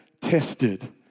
tested